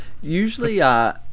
Usually